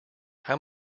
how